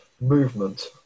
movement